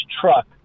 truck